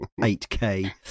8k